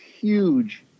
huge